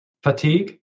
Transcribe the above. fatigue